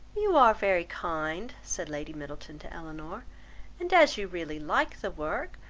you are very kind, said lady middleton to elinor and as you really like the work,